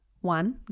one